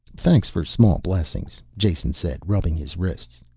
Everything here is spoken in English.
thanks for small blessings, jason said, rubbing his wrists.